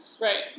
Right